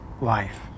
life